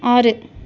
ஆறு